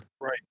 right